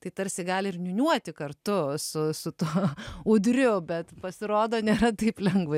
tai tarsi gali ir niūniuoti kartu su su tuo ūdriu bet pasirodo nėra taip lengva